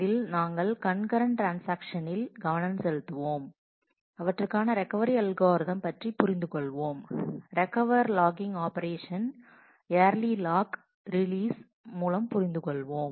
இதில் நாங்கள் கண்கரண்ட் ட்ரான்ஸாக்ஷன்ஸ்ஸில் கவனம் செலுத்துவோம் அவற்றுக்கான ரெக்கவரி அல்காரிதம் பற்றி புரிந்துகொள்வோம் recover logging operation early lock release மூலம் புரிந்துகொள்வோம்